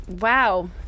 Wow